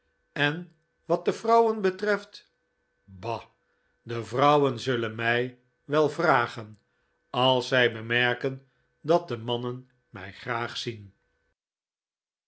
en wat de vrouw en betreft ba de vrouwen zullen mij wel vragen als zij bemerken dat de mannen mij graag zien